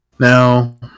Now